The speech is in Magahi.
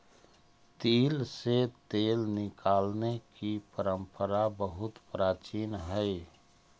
तिल से तेल निकालने की परंपरा बहुत प्राचीन हई